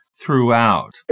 throughout